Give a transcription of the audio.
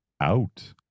Out